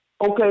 okay